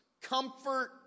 Comfort